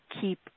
keep